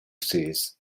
sees